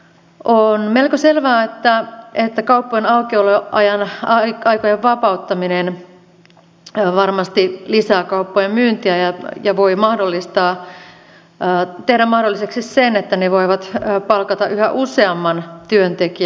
on melko selvää että kauppojen aukioloaikojen vapauttaminen varmasti lisää kauppojen myyntiä ja voi tehdä mahdolliseksi sen että ne voivat palkata yhä useamman työntekijän